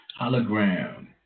Hologram